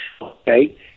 okay